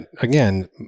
again